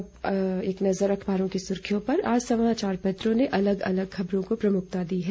अब एक नजर अखबारों की सुर्खियों पर आज समाचार पत्रों ने अलग अलग खबरों को प्रमुखता दी है